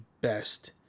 best